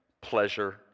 pleasure